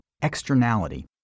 externality